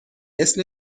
اسم